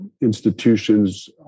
institutions